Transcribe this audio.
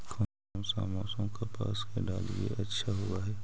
कोन सा मोसम कपास के डालीय अच्छा होबहय?